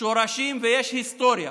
שורשים ויש היסטוריה.